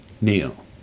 Neil